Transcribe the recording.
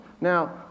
Now